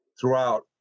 throughout